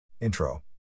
Intro